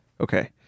Okay